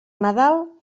nadal